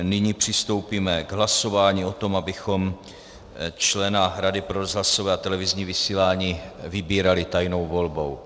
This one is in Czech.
Nyní přistoupíme k hlasování o tom, abychom člena Rady pro rozhlasové a televizní vysílání vybírali tajnou volbou.